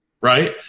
right